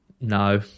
no